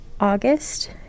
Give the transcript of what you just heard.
August